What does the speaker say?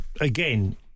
again